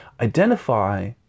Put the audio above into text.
identify